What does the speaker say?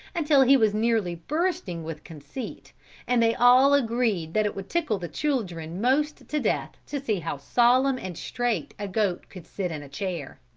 until he was nearly bursting with conceit and they all agreed that it would tickle the children most to death to see how solemn and straight a goat could sit in a chair.